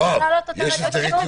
אפשר להעלות אותה ב"זום"?